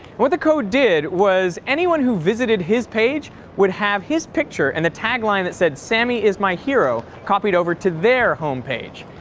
what the code did was anybody who visited his page would have his picture and a tag line that said, sammy is my hero, copied over to their homepage.